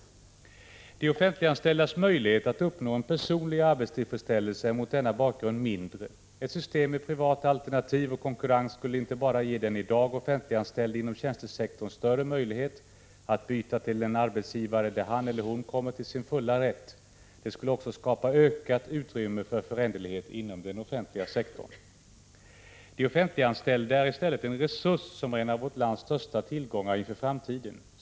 De offentliganställdas möjlighet att uppnå en personlig arbetstillfredsställelse är mot denna bakgrund mindre. Ett system med privata alternativ och konkurrens skulle inte bara ge den i dag offentliganställde inom tjänstesektorn större möjlighet att byta till en arbetsgivare där han eller hon kommer till sin fulla rätt; det skulle också skapa ökat utrymme för föränderlighet inom den offentliga sektorn. De offentliganställda är en resurs som är en av vårt lands största tillgångar inför framtiden.